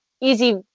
easy